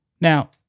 Now